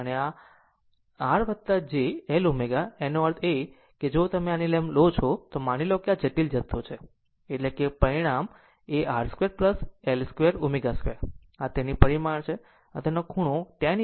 આમ R j L ω એનો અર્થ છે કે જો તમે આની જેમ લો છો તો માની લો કે આ એક જટિલ જથ્થો છે એટલે કે પરિમાણ એ R 2 L 2 ω 2 છે આ તેની પરિમાણ છે અને તેનું ખૂણો tan inverse L ω R